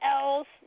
else